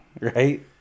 right